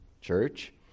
church